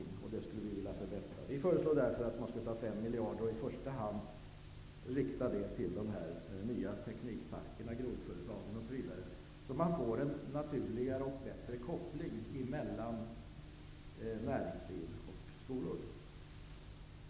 Den skulle vi i Ny demokrati vilja förbättra. Vi föreslår därför att man skall satsa 5 miljarder och i första hand rikta de medlen till de nya teknikparkerna osv., så att man får en naturligare och bättre koppling mellan näringsliv och skolor.